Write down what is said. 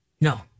No